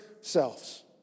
selves